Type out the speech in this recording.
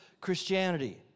Christianity